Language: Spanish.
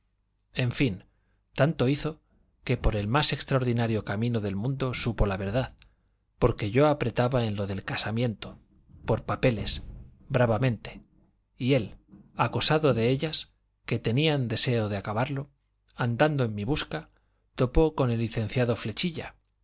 en fin tanto hizo que por el más extraordinario camino del mundo supo la verdad porque yo apretaba en lo del casamiento por papeles bravamente y él acosado de ellas que tenían deseo de acabarlo andando en mi busca topó con el licenciado flechilla